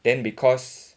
then because